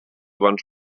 bons